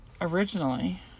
originally